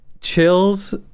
Chills